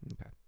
Okay